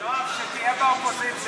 לא מתנגד,